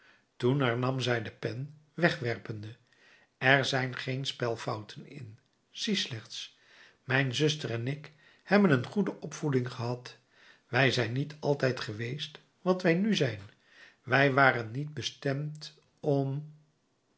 toen hernam zij de pen wegwerpende er zijn geen spelfouten in zie slechts mijn zuster en ik hebben een goede opvoeding gehad wij zijn niet altijd geweest wat wij nu zijn wij waren niet bestemd om